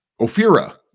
Ophira